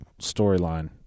storyline